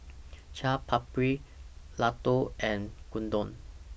Chaat Papri Ladoo and Gyudon